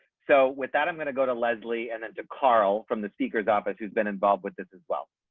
so with that, i'm going to go to leslie and into carl from the speaker's office who's been involved with this as well,